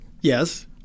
Yes